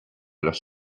los